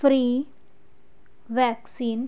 free vaccine